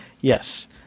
Yes